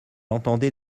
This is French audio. entendait